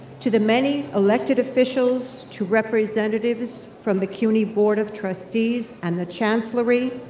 to the many elected officials to representatives from the cuny board of trustees and the chancellery.